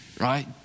right